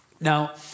Now